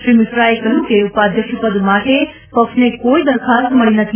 શ્રી મિશ્રાએ કહ્યું કે ઉપાધ્યક્ષપદ માટે પક્ષને કોઇ દરખાસ્ત મળી નથી